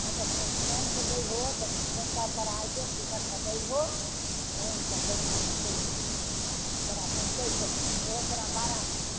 ट्रैनसँ जैबहो तऽ काउन्टरपर आइके टिकट कटैबहो ट्रैनपर बैसि जेबहो चलि जेबहो तोरा पहुँचैके छौ लेकिन ओहो तोरा बारह